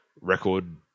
record